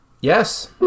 Yes